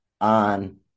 on